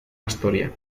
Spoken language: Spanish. astoria